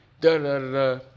Da-da-da-da